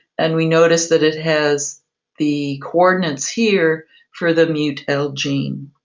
and we notice that it has the coordinates here for the mutl gene.